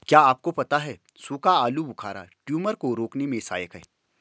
क्या आपको पता है सूखा आलूबुखारा ट्यूमर को रोकने में सहायक है?